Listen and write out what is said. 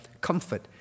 comfort